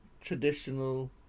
traditional